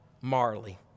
Marley